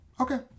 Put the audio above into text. Okay